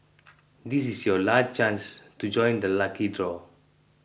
this is your last chance to join the lucky draw